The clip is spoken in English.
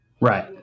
Right